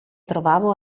trovavo